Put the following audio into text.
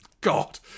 God